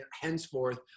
henceforth